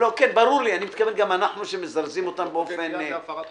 כעת זה הפרת חוק.